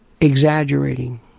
exaggerating